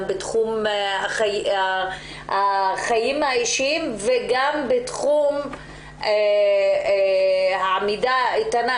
גם בתחום החיים האישיים וגם בתחום העמידה האיתנה,